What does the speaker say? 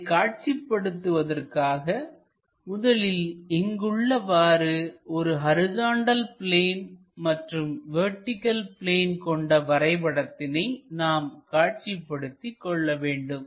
இதை காட்சி படுத்துவதற்காக முதலில் இங்கு உள்ளவாறு ஒரு ஹரிசாண்டல் பிளேன் மற்றும் வெர்டிகள் பிளேன் கொண்ட வரைபடத்தினை நாம் காட்சிப்படுத்தி கொள்ள வேண்டும்